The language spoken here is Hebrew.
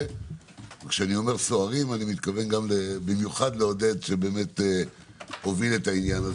ומתכוון במיוחד לעודד שהוביל את העניין.